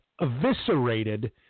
eviscerated